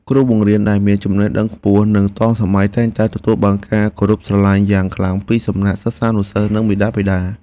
គ្រូបង្រៀនដែលមានចំណេះដឹងខ្ពស់និងទាន់សម័យតែងតែទទួលបានការគោរពស្រឡាញ់យ៉ាងខ្លាំងពីសំណាក់សិស្សានុសិស្ស និងមាតាបិតា។